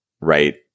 right